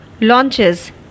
launches